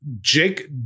Jake